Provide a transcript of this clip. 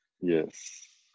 Yes